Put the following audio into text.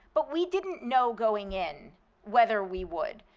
but we didn't know going in whether we would.